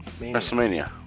WrestleMania